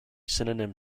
synonym